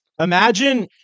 imagine